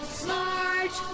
smart